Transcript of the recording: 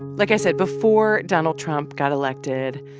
like i said, before donald trump got elected,